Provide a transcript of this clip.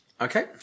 Okay